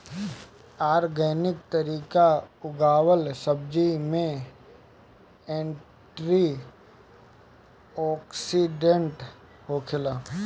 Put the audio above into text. organic तरीका उगावल सब्जी में एंटी ओक्सिडेंट होखेला